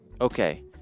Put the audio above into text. okay